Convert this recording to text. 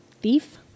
thief